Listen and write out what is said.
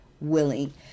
willing